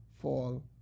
fall